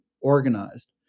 organized